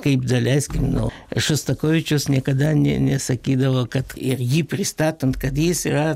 kaip daleiskim nu šostakovičius niekada ne nesakydavo kad ir jį pristatant kad jis yra